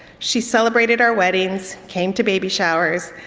she celebrated our weddings, came to baby showers,